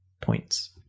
points